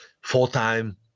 full-time